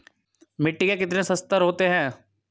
मिट्टी के कितने संस्तर होते हैं?